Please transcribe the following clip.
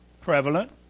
prevalent